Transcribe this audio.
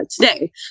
today